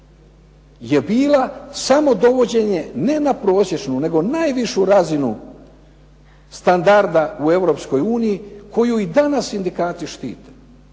je bila samo dovođenje ne na prosječnu nego najvišu razinu standarda u Europskoj uniji koju i danas sindikati štite.